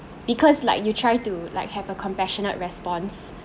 because like you try to like have a compassionate response